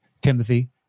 Timothy